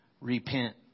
repent